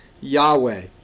Yahweh